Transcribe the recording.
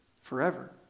forever